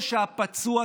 האחר,